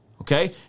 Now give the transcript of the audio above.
Okay